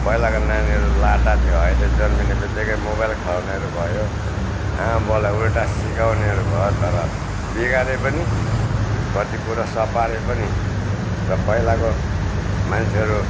पहिलाको नानीहरू लाटा थियो अहिले जन्मिने बित्तिकै मोबाइल खेलाउनेहरू भयो आमा बाउलाई उल्टा सिकाउनेहरू भयो तर बिगारे पनि कति कुरो सपारे पनि र पहिलाको मान्छेहरू